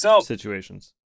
situations